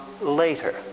later